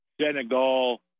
Senegal